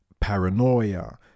paranoia